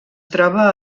troba